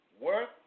work